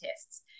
tests